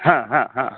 हा हा हा